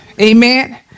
Amen